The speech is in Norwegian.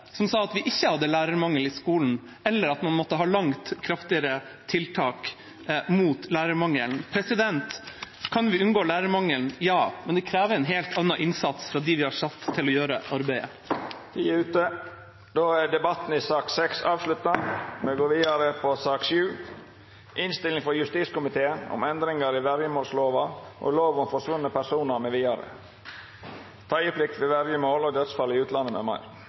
at vi ikke hadde lærermangel i skolen, eller at man måtte ha langt kraftigere tiltak mot lærermangelen. Kan vi unngå lærermangelen? Ja, men det krever en helt annen innsats fra dem vi har satt til å gjøre arbeidet. Flere har ikke bedt om ordet til sak nr. 6. Etter ønske frå justiskomiteen vil presidenten føreslå at taletida vert avgrensa til 5 minutt til kvar partigruppe og 5 minutt til medlemer av regjeringa. Vidare vil